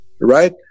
right